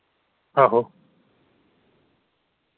आहो